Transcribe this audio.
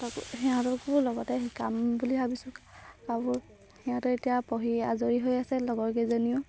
সিহঁতকো লগতে শিকাম বুলি ভাবিছোঁ সিহঁতে এতিয়া পঢ়ি আজৰি হৈ আছে লগৰকেইজনীও